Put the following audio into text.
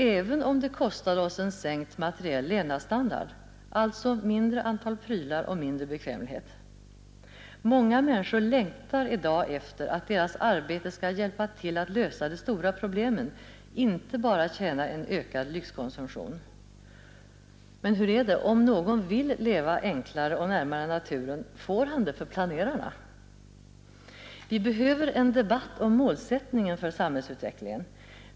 Även om det kostade oss en sänkt materiell levnadsstandard, alltså mindre antal prylar och mindre bekvämlighet? Många människor längtar efter att deras arbete skall hjälpa till och lösa de stora problemen, inte bara tjäna en ökad lyxkonsumtion. Om någon vill leva enklare och närmare naturen, får han det för planerarna? Vi behöver en debatt om målsättningen för samhällsutvecklingen.